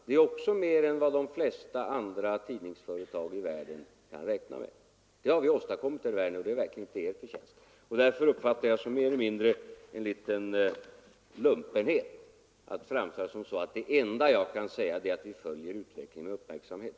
Det är också mer än tidningsföretag i de flesta andra länder kan räkna med. Detta har vi åstadkommit, herr Werner, och det är verkligen inte Er förtjänst. Därför uppfattar jag det som en liten lumpenhet att framställa saken så, att det enda jag kan säga är att vi följer utvecklingen med uppmärksamhet.